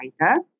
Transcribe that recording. writer